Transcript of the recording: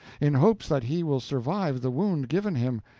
in hopes that he will survive the wound given him,